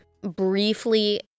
briefly